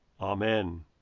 Amen